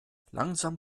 langsam